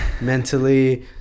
mentally